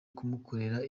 kumukorera